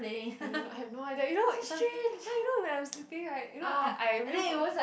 I don't know I have no idea you know sometime ya you know when I'm sleeping right you know I I you know